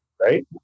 right